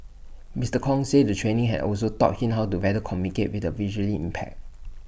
Mister Kong said the training has also taught him how to better communicate with the visually impaired